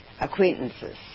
acquaintances